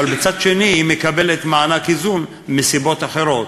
אבל מצד שני היא מקבלת מענק איזון מסיבות אחרות.